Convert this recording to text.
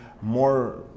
more